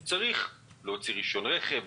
הוא צריך להוציא רישיון רכב,